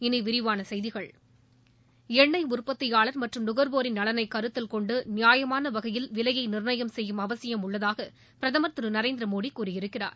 இனி விரிவான செய்திகள் எண்ணெய் உற்பத்தியாளர் மற்றும் நுகர்வோரின் நலனை கருத்தில் கொண்டு நியாயமான வகையில் விலையை நிர்ணயம் செய்யும் அவசியம் உள்ளதாக பிரதமர் திரு நரேந்திரமோடி கூறியிருக்கிறார்